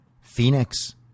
Phoenix